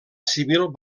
civil